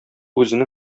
үзенең